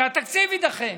שהתקציב יידחה.